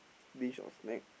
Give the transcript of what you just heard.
dish or snack